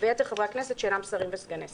ויתר חברי הכנסת שאינם שרים וסגני שרים,